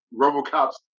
RoboCop's